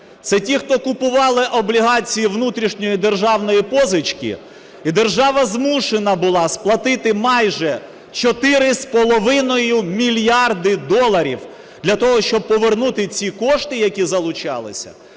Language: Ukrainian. це ті, хто купував облігації внутрішньої державної позички, і держава змушена була сплатити майже 4,5 мільярди доларів для того, щоб повернути ці кошти, які залучалися,